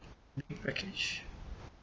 package